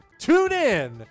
TuneIn